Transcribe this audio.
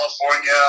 California